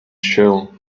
shell